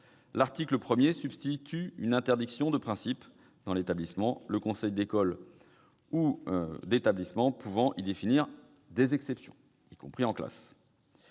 l'article 1 substitue une interdiction de principe dans l'établissement, le conseil d'école ou d'établissement pouvant définir des exceptions à cette règle, y compris en classe.